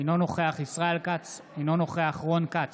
אינו נוכח ישראל כץ, אינו נוכח רון כץ,